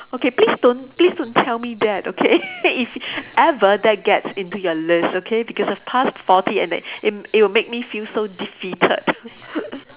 okay please don't please don't tell me that okay if ever that gets into your list okay because I've passed forty and that it it will make me feel so defeated